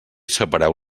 separeu